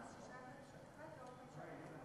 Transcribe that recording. מכיוון שאני באמת חושב שבעידן של היום,